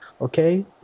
Okay